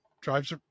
drives